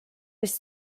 was